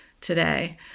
today